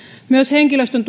myös henkilöstön